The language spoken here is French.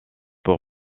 pour